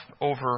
over